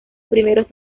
primeros